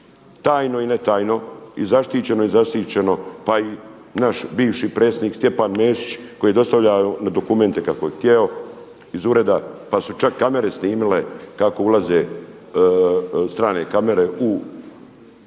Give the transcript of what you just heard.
tajno i netajno i zaštićeno i zasićeno pa i naš bivši predsjednik Stjepan Mesić koji dostavlja dokumente kako je htio, iz ureda pa su čak kamere snimile kako ulaze strane kamere u arhiv